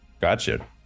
gotcha